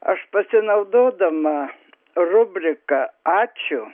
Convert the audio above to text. aš pasinaudodama rubrika ačiū